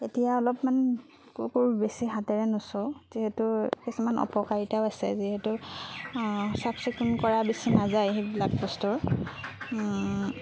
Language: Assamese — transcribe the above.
এতিয়া অলপমান কুকুৰ বেছি হাতেৰে নুচুও যিহেতু কিছুমান অপকাৰিতাও আছে যিহেতু চাফচিকুণ কৰা বেছি নাযায় সেইবিলাক বস্তুৰ